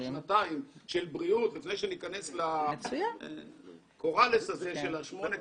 שנתיים של בריאות לפני שניכנס לקורלס הזה של השמונה,